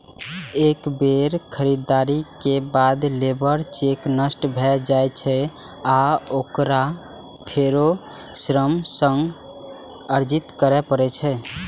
एक बेर खरीदारी के बाद लेबर चेक नष्ट भए जाइ छै आ ओकरा फेरो श्रम सँ अर्जित करै पड़ै छै